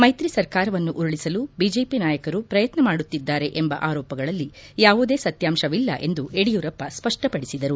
ಮೈತ್ರಿ ಸರ್ಕಾರವನ್ನು ಉರುಳಿಸಲು ಬಿಜೆಪಿ ನಾಯಕರು ಪ್ರಯತ್ನ ಮಾಡುತ್ತಿದ್ದಾರೆ ಎಂಬ ಆರೋಪಗಳಲ್ಲಿ ಯಾವುದೇ ಸತ್ಯಾಂಶವಿಲ್ಲ ಎಂದು ಯಡಿಯೂರಪ್ಪ ಸ್ಪಷ್ಟಪಡಿಸಿದರು